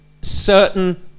certain